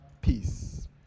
peace